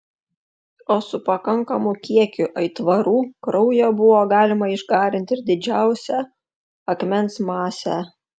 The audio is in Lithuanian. o su pakankamu kiekiu aitvarų kraujo buvo galima išgarinti ir didžiausią akmens masę